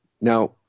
Now